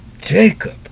Jacob